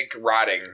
rotting